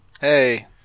Hey